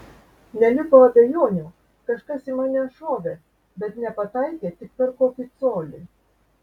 neliko abejonių kažkas į mane šovė bet nepataikė tik per kokį colį